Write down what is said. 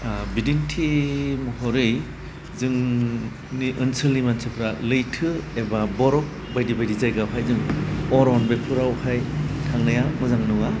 बिदिन्थि महरै जोंनि ओनसोलनि मानसिफ्रा लैथो एबा बरफ बायदि बायदि जायगायावहाय जों अरन बेफोरावहाय थांनाया मोजां नङा